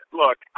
look